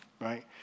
right